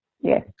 yes